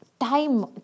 time